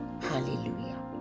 Hallelujah